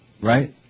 Right